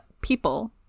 people